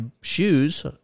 shoes